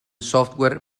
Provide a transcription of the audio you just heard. software